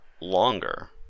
longer